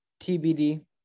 TBD